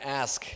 ask